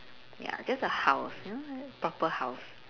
ya just a house you know you know proper house